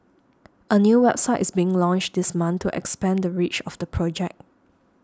a new website is being launched this month to expand the reach of the project